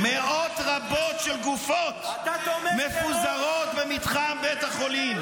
--- מאות רבות של גופות מפוזרות במתחם בית החולים,